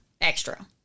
extra